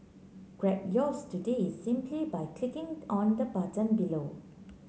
grab yours today simply by clicking on the button below